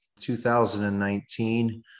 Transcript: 2019